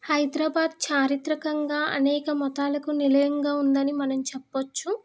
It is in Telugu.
హైదరాబాదు చారిత్రకంగా అనేక మతాలకు నిలయంగా ఉందని మనం చెప్పొచ్చు